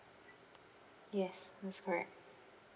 yes that's correct